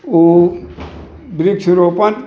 ओ वृक्ष रोपण